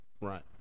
Right